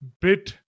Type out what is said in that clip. Bit